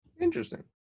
Interesting